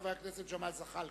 חבר הכנסת ג'מאל זחאלקה.